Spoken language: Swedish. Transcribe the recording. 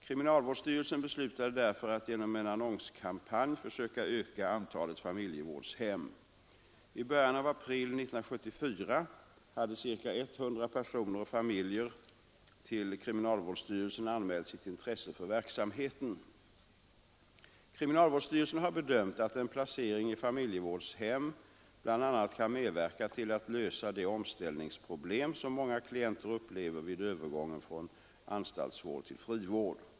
Kriminalvårdsstyrelsen beslutade därför att genom en annonskampanj försöka öka antalet familjevårdshem. I början av april 1974 hade ca 100 personer och familjer till kriminalvårdsstyrelsen anmält sitt intresse för verksamheten. Kriminalvårdsstyrelsen har bedömt att en placering i familjevårdshem bl.a. kan medverka till att lösa de omställningsproblem som många klienter upplever vid övergången från anstaltsvård till frivård.